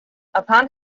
upon